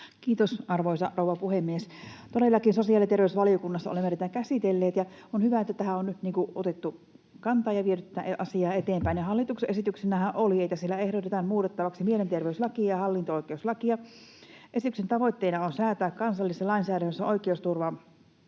Kiitos, arvoisa rouva puhemies! Todellakin sosiaali- ja terveysvaliokunnassa olemme tätä käsitelleet, ja on hyvä, että tähän on nyt otettu kantaa ja viety tätä asiaa eteenpäin. Hallituksen esityksenähän oli, että siellä ehdotetaan muutettavaksi mielenterveyslakia ja hallinto-oikeuslakia. Esityksen tavoitteena on säätää kansallisessa lainsäädännössä oikeusturvan